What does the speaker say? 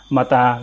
Mata